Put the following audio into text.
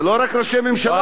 זה לא רק ראשי ממשלות.